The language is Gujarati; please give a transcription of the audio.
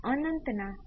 તેથી આ તાલીમ છે